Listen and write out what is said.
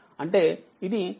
అంటే ఇది 10ix ix3